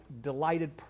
delighted